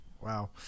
Wow